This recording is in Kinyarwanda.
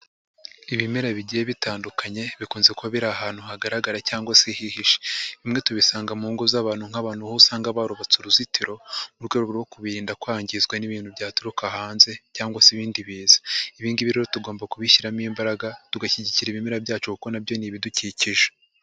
Ibimera bigiye bitandukanye bikunze kuba biri ahantu hagaragara cyangwa se hihishe, bimwe tubisanga mu ngo z'abantu nk'abantu aho usanga barubatse uruzitiro mu rwego rwo kubirinda kwangizwa n'ibintu byaturuka hanze cyangwa se ibindi biza. Ibingibi rero tugomba kubishyiramo imbaraga tugashyigikira ibimera byacu kuko nabyo ni ibidukikije.